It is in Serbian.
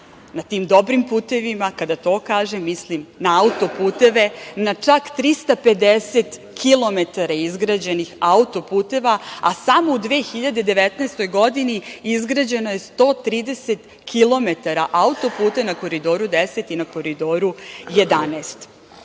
Na tim dobrim putevima, kada to kažem, mislim na auto-puteve, na čak 350 kilometara izgrađenih auto-puteva, a samo u 2019. godini izgrađeno je 130 kilometara auto-puta na Koridoru 10 i na Koridoru